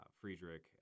Friedrich